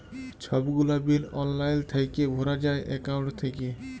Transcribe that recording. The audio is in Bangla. ছব গুলা বিল অললাইল থ্যাইকে ভরা যায় একাউল্ট থ্যাইকে